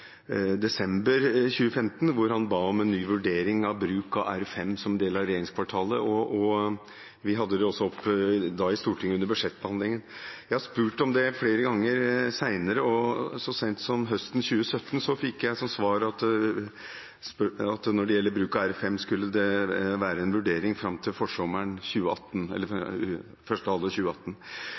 desember 2015 hvor han ba om en ny vurdering av bruken av R5 som del av regjeringskvartalet. Vi hadde det også oppe i Stortinget under budsjettbehandlingen. Jeg har spurt om dette flere ganger senere, og så sent som høsten 2017 fikk jeg som svar at når det gjelder bruken av R5, skulle det være en vurdering fram til første halvår 2018.